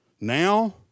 Now